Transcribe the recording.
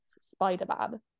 Spider-Man